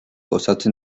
osatzen